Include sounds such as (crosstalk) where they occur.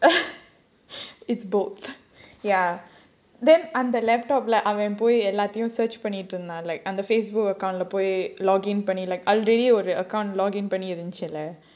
(laughs) it's both ya then அந்த:andha laptop like அவன் போய் எல்லாத்தையும்:avan poi ellaathaiyum search பண்ணிட்ருந்தான்:pannitrunthaan like அந்த:andha Facebook account leh போய்:poi login பண்ணி:panni account login பண்ணிருந்துச்சுல:pannirunthuchula